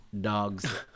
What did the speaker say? Dogs